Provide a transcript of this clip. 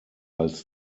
als